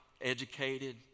educated